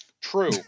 true